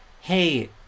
Hey